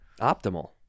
optimal